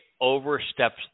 oversteps